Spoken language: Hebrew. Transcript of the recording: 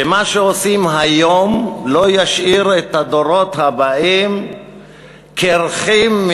שמה שעושים היום לא ישאיר את הדורות הבאים קירחים,